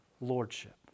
Lordship